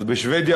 אז בשבדיה,